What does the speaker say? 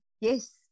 yes